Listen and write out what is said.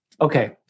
Okay